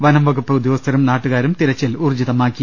വനംവകുപ്പ് ഉദ്യോഗസ്ഥരും നാട്ടു കാരും തിരച്ചിൽ ഊർജ്ജിതമാക്കി